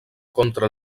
contra